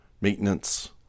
maintenance